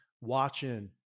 watching